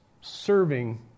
serving